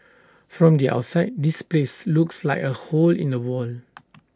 from the outside this place looks like A hole in the wall